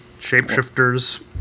shapeshifters